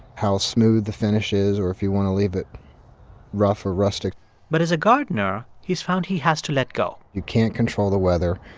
how smooth the finish is or if you want to leave it rough or rustic but as a gardener, he's found he has to let go you can't control the weather.